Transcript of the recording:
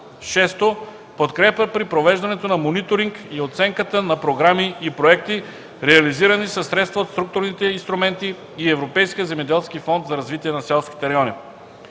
6. Подкрепа при провеждането на мониторинг и оценката на програми и проекти, реализирани със средства от Структурните инструменти и Европейския земеделски фонд за развитие на селските райони.